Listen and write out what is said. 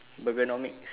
Burgernomics